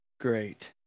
Great